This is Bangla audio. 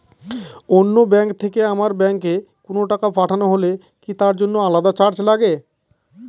অন্য ব্যাংক থেকে আমার ব্যাংকে কোনো টাকা পাঠানো হলে কি তার জন্য আলাদা চার্জ লাগে?